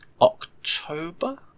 October